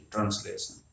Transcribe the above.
Translation